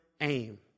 aim